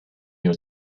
your